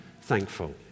thankful